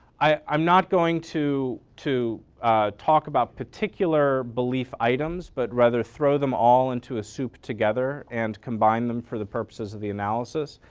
i'm not going to to talk about particular belief items but rather throw them all into a soup together and combine them for the purposes of the analysis.